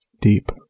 deep